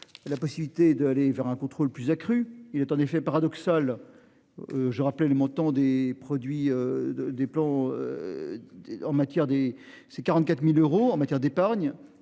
la possibilité d'aller vers un contrôle plus accrue, il est en effet paradoxal. Je rappelais le montant des produits de des plans. En matière des ses 44.000 euros en matière d'épargne